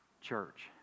church